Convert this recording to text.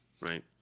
right